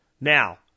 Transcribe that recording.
Now